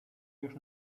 już